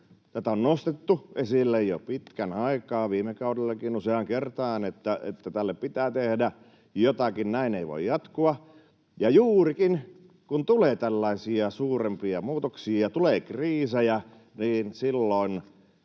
jota on nostettu esille jo pitkän aikaa, viime kaudellakin useaan kertaan, että tälle pitää tehdä jotakin, näin ei voi jatkua. Ja juurikin kun tulee tällaisia suurempia muutoksia ja tulee kriisejä, niin silloin